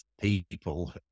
people